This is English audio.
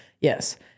Yes